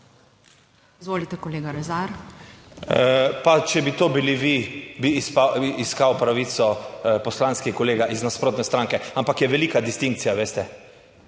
Svoboda): Pa če bi to bili vi, bi iskal pravico poslanski kolega iz nasprotne stranke, ampak je velika distinkcija, veste.